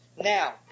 Now